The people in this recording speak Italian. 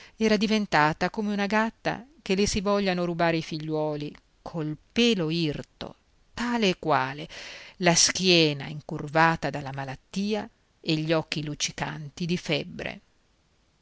era diventata come una gatta che gli si vogliano rubare i figliuoli col pelo irto tale e quale la schiena incurvata dalla malattia e gli occhi luccicanti di febbre